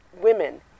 women